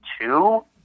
Two